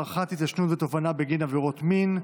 הארכת התיישנות של תובענה בגין עבירת מין),